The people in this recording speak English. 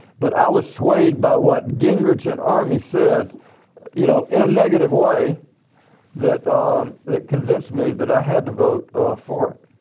but i was swayed by what gingrich and armey said you know in a negative way that that convinced me that i had to vote for it.